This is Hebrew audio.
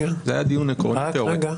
זה היה דיון עקרוני תיאורטי.